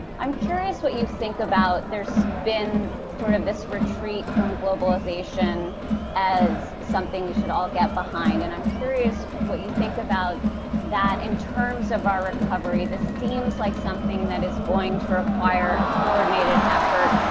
i'm curious what you think about, there's been, sort of, this retreat from globalization as something we should all get behind, and i'm curious what you think about that in terms of our recovery. this seems like something that is going to require a coordinated effort,